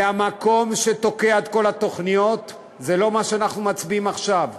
והמקום שתוקע את התוכניות זה לא מה שאנחנו מצביעים עליו עכשיו,